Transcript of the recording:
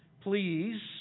Please